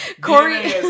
Corey